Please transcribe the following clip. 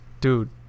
Dude